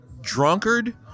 drunkard